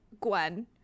Gwen